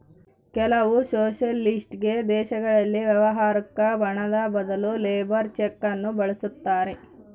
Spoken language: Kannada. ಕೆಲವು ಸೊಷಲಿಸ್ಟಿಕ್ ದೇಶಗಳಲ್ಲಿ ವ್ಯವಹಾರುಕ್ಕ ಹಣದ ಬದಲು ಲೇಬರ್ ಚೆಕ್ ನ್ನು ಬಳಸ್ತಾರೆ